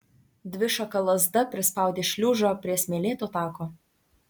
dvišaka lazda prispaudė šliužą prie smėlėto tako